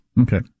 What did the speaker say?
Okay